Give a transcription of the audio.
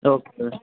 okay